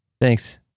thanks